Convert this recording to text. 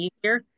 easier